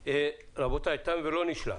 רבותיי, תם ולא נשלם.